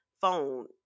phone